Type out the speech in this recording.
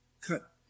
cut